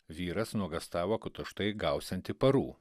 vyras nuogąstavo kad už tai gausianti parų